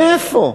מאיפה?